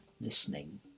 listening